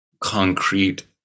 concrete